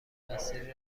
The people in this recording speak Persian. میاننسلی